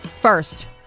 first